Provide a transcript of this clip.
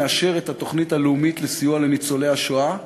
נאשר את התוכנית הלאומית לסיוע לניצולי השואה,